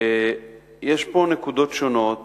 יש פה נקודות שונות.